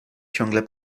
ciągle